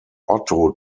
otto